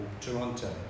toronto